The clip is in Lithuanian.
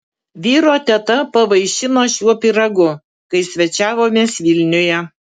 vyro teta pavaišino šiuo pyragu kai svečiavomės vilniuje